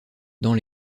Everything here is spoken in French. dans